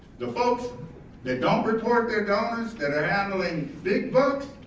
the folks that don't report their donors, that are handling big bucks.